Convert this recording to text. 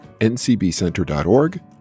ncbcenter.org